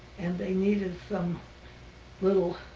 and they needed some little